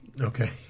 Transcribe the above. Okay